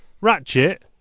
Ratchet